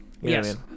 yes